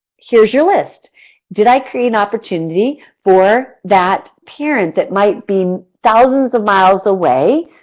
here's your list did i create an opportunity for that parent that might be thousands of miles away,